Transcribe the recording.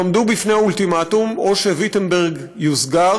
הם עמדו בפני אולטימטום: או שוויטנברג יוסגר,